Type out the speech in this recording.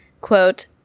quote